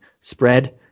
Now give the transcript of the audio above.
spread